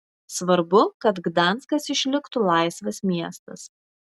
svarbu kad gdanskas išliktų laisvas miestas